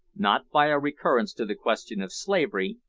not by a recurrence to the question of slavery,